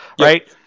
right